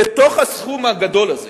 בתוך הסכום הגדול הזה